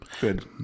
good